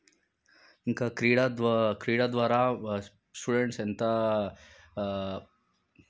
ఇంకా క్రీడా ద్వా క్రీడా ద్వారా స్టూడెంట్స్ ఎంత